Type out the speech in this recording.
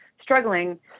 struggling